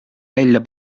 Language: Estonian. välja